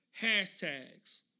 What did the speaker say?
hashtags